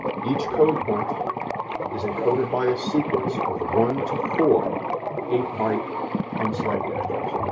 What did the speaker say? each code point is encoded by a sequence of one to four eight byte unsigned integers.